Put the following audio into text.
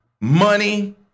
money